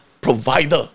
provider